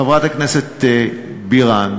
חברת הכנסת בירן,